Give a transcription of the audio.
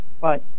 Bye